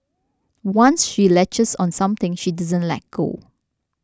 once she latches on something she doesn't let go